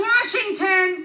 Washington